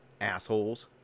Assholes